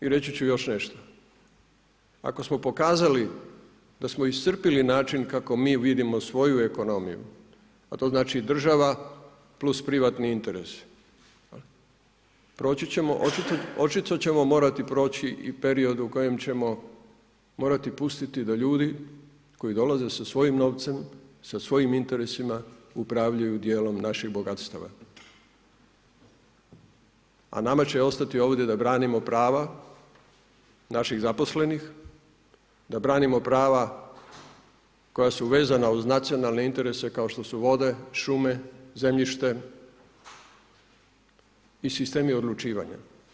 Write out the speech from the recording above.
I reći ću još nešto, ako smo pokazali da smo iscrpili način kako mi vidimo svoju ekonomiju, a to znači država plus privatni interesi, proći ćemo, očito ćemo morati proći i period u kojem ćemo morati pustiti da ljudi koji dolaze sa svojim novcem, sa svojim interesima upravljaju dijelom naših bogatstava, a nama će ostati ovdje da branimo prava naših zaposlenih, da branimo prava koja su vezana uz nacionalne interese kao što su vode, šume, zemljište i sistemi odlučivanja.